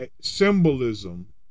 symbolism